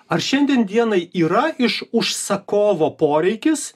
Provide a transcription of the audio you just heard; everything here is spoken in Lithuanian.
ar šiandien dienai yra iš užsakovo poreikis